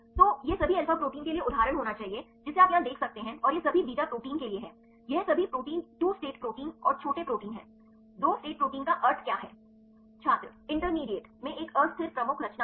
तो यह सभी अल्फा प्रोटीन के लिए उदाहरण होना चाहिए जिसे आप यहाँ देख सकते हैं और यह सभी बीटा प्रोटीन के लिए है ये सभी प्रोटीन 2 स्टेट प्रोटीन और छोटे प्रोटीन हैं 2 स्टेट प्रोटीन का अर्थ क्या है